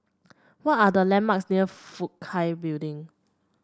what are the landmarks near Fook Hai Building